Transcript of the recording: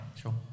sure